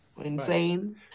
insane